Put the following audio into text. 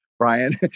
Brian